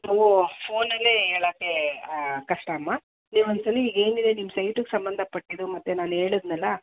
ಅವು ಫೋನಲ್ಲೇ ಹೇಳೋಕ್ಕೆ ಕಷ್ಟ ಅಮ್ಮ ನೀವು ಒಂದು ಸಲ ಈಗ ಏನಿದೆ ನಿಮ್ಮ ಸೈಟ್ಗೆ ಸಂಬಂಧಪಟ್ಟಿದ್ದು ಮತ್ತು ನಾನು ಹೇಳದ್ನಲ